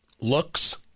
Looks